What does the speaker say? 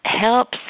helps